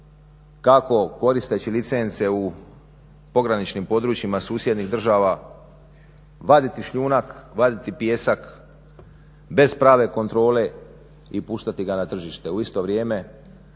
kako koristeći licence u pograničnim područjima susjednih država, vaditi šljunak, vaditi pijesak bez prave kontrole i puštati ga na tržište, u isto vrijeme